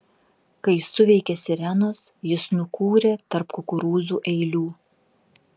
kai suveikė sirenos jis nukūrė tarp kukurūzų eilių